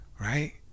right